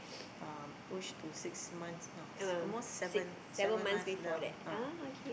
um push to six months no almost seven seven months down ah